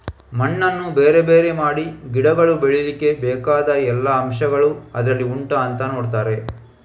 ಮಣ್ಣನ್ನ ಬೇರೆ ಬೇರೆ ಮಾಡಿ ಗಿಡಗಳು ಬೆಳೀಲಿಕ್ಕೆ ಬೇಕಾದ ಎಲ್ಲಾ ಅಂಶಗಳು ಅದ್ರಲ್ಲಿ ಉಂಟಾ ಅಂತ ನೋಡ್ತಾರೆ